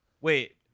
Wait